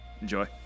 Enjoy